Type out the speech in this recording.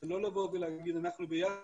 זה לא לבוא ולהגיד 'אנחנו ביחד,